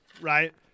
right